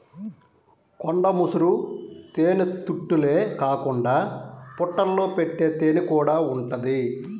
కొండ ముసురు తేనెతుట్టెలే కాకుండా పుట్టల్లో పెట్టే తేనెకూడా ఉంటది